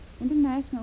International